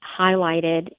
highlighted